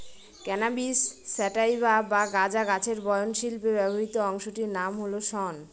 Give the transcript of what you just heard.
cannabis sativa বা গাঁজা গাছের বয়ন শিল্পে ব্যবহৃত অংশটির নাম হল শন